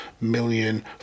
million